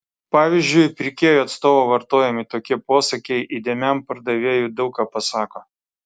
pavyzdžiui pirkėjo atstovo vartojami tokie posakiai įdėmiam pardavėjui daug ką pasako